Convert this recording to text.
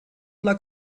luck